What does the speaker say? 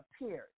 appeared